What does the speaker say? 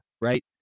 right